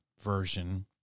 version